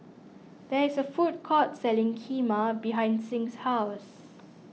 there is a food court selling Kheema behind Sing's house